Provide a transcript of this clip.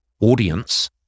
audience